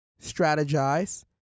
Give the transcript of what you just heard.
strategize